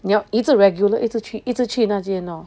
你要一直 regular 一直一直去那边 lor